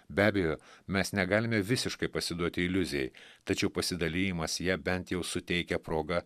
be abejo mes negalime visiškai pasiduoti iliuzijai tačiau pasidalijimas ja bent jau suteikia progą